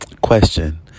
Question